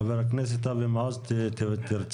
חבר הכנסת אופיר כץ